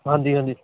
ਹਾਂਜੀ ਹਾਂਜੀ